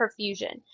perfusion